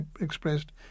expressed